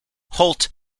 holt